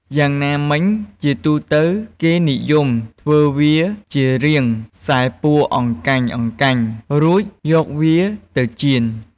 យ៉ាងណាមិញ ជាទូទៅ គេនិយមធ្វើវាជារាងខ្សែពួរអង្កាញ់ៗ រួចយកវាទៅចៀន។